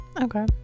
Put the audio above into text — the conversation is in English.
Okay